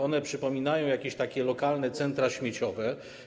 One przypominają jakieś takie lokalne centra śmieciowe.